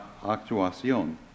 actuación